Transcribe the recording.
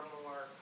more